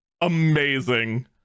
Amazing